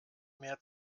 mehr